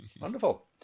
Wonderful